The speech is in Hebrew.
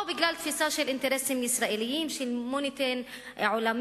או בגלל תפיסה של אינטרסים ישראליים של מוניטור עולמי.